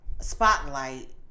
spotlight